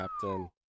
Captain